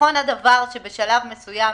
נכון הדבר שבשלב מסוים